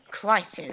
crisis